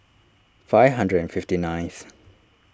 five hundred and fifty nineth